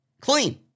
clean